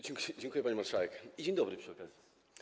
Dziękuję, pani marszałek, i dzień dobry przy okazji.